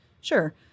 Sure